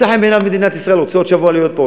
מצאה חן בעיניו מדינת ישראל והוא רוצה עוד שבוע להיות פה,